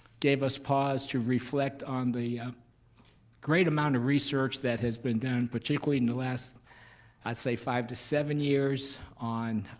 gave us pause to reflect on the great amount of research that has been done, particularly in the last i'd say five to seven years on